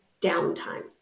downtime